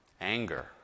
Anger